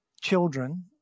children